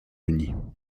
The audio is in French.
unies